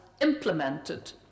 implemented